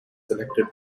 selected